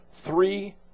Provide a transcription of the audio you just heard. three